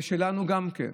זה שלנו גם כן.